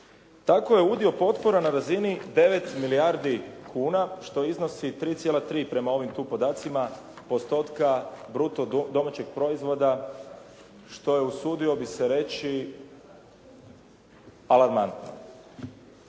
Tako je udio potpora na razini 9 milijardi kuna, što iznosi 3,3 prema ovim tu podacima postotka bruto domaćeg proizvoda, što je usudio bih se reći alarmantno.